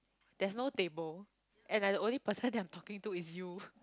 there's no table and I only person that I'm talking to is you